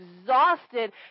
exhausted